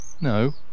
No